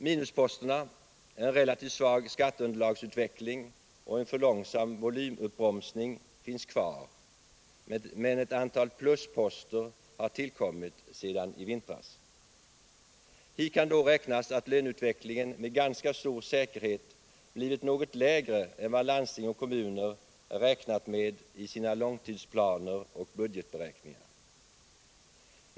Minusposterna, en relativt svag skatteunderlagsutveckling och en för långsam volymuppbromsning, finns kvar medan ett antal plusposter tillkommit sedan i vintras. Hit kan då räknas att löneutvecklingen med ganska stor säkerhet blivit något lägre än vad landsting och kommuner räknat med i sina långtidsplaner och budgetberäkningar.